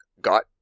got